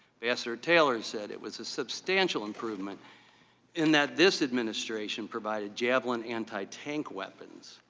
ambassador taylor said it was a substantial improvement in that this administration provided javelin antitank weapons.